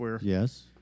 Yes